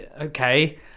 okay